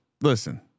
Listen